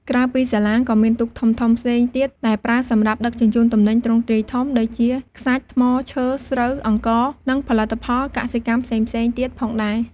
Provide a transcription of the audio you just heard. ក្រៅពីសាឡាង ក៏មានទូកធំៗផ្សេងទៀតដែលប្រើសម្រាប់ ដឹកជញ្ជូនទំនិញទ្រង់ទ្រាយធំ ដូចជា ខ្សាច់ ថ្ម ឈើ ស្រូវ អង្ករ និងផលិតផលកសិកម្មផ្សេងៗទៀតផងដែរ។